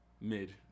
mid